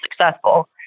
successful